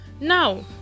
Now